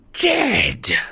dead